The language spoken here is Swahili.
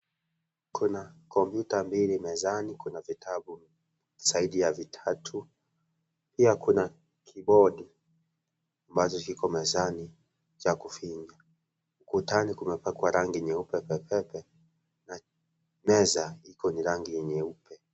Kuna kompyuta mbili mezani, kuna vitabu zaidi ya vitatu, pia kuna kigondi ambacho kiko mezani cha kufinya. Kutani kumepakwa rangi nyeupe pepepe na meza iko ni rangi nyeupi.